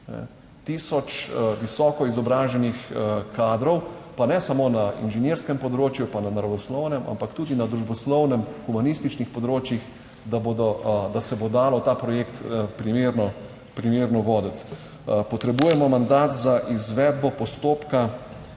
tisoč visoko izobraženih kadrov, pa ne samo na inženirskem področju pa na naravoslovnem, ampak tudi na družboslovnem, humanističnih področjih, da bodo, da se bo dalo ta projekt primerno, primerno voditi. Potrebujemo mandat za izvedbo postopka